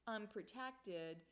Unprotected